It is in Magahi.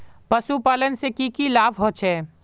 पशुपालन से की की लाभ होचे?